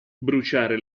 bruciare